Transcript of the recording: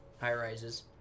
high-rises